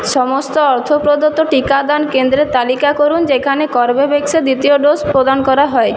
সমস্ত অর্থ প্রদত্ত টিকাদান কেন্দ্রের তালিকা করুন যেখানে কর্বেভ্যাক্সের দ্বিতীয় ডোজ প্রদান করা হয়